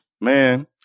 Man